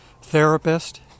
therapist